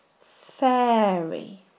fairy